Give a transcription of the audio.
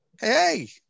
Hey